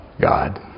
God